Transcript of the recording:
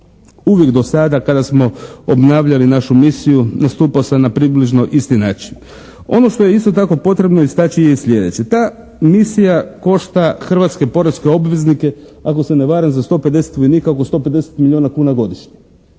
uvijek do sada kada smo obnavljali našu misiju nastupao sam na približno isti način. Ono što je isto tako potrebno istaći je sljedeće. Ta misija košta hrvatske poreske obveznike ako se ne varam za 150 vojnika oko 150 milijuna kuna godišnje.